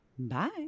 Bye